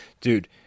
dude